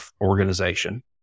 organization